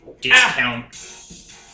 discount